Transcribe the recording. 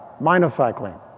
minocycline